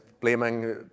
blaming